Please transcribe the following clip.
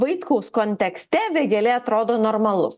vaitkaus kontekste vėgėlė atrodo normalus